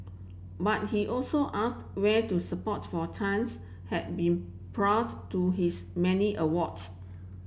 but he also ask where to support for Chen's had been prior to his many awards